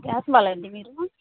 gas వాళ్ళండి మీరు